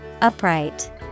Upright